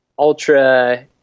ultra